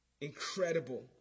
Incredible